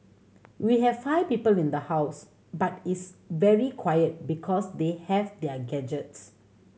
we have five people in the house but it's very quiet because they have their gadgets